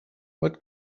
what